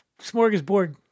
smorgasbord